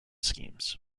schemes